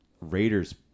Raiders